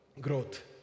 growth